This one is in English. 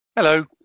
Hello